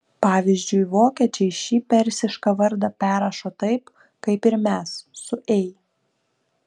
pavyzdžiui vokiečiai šį persišką vardą perrašo taip kaip ir mes su ei